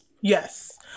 Yes